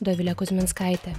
dovilė kuzminskaitė